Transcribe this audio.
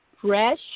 fresh